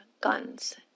guns